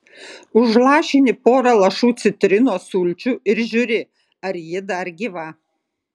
užlašini porą lašų citrinos sulčių ir žiūri ar ji dar gyva